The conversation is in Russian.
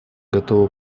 готова